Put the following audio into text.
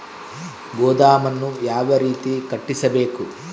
ಗೋದಾಮನ್ನು ಯಾವ ರೇತಿ ಕಟ್ಟಿಸಬೇಕು?